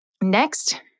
next